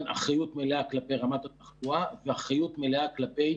אחריות מלאה כלפי רמת התחלואה ואחריות מלאה כלפי